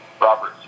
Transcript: Robert